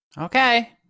Okay